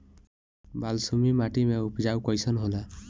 बालसुमी माटी मे उपज कईसन होला?